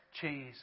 cheese